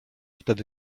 wtedy